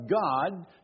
God